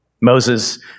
Moses